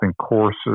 courses